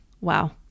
wow